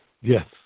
Yes